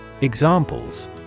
Examples